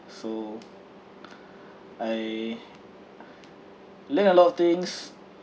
so I learn a lot of things